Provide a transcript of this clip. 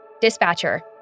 Dispatcher